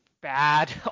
bad